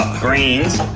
greens,